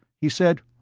he said,